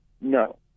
No